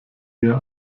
eher